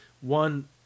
One